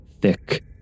Thick